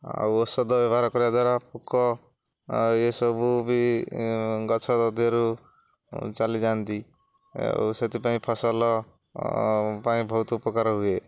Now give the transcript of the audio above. ଆଉ ଔଷଧ ବ୍ୟବହାର କରିବା ଦ୍ୱାରା ପୋକ ଏସବୁ ବି ଗଛ ଧିଅରୁ ଚାଲିଯାଆନ୍ତି ଆଉ ସେଥିପାଇଁ ଫସଲ ପାଇଁ ବହୁତ ଉପକାର ହୁଏ